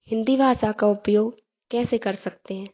हिंदी भाषा का उपयोग कैसे कर सकते हैं